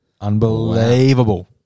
Unbelievable